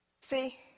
See